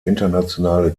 internationale